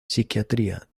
psiquiatría